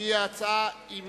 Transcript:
שהיא ההצעה עם